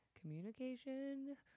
communication